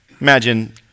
Imagine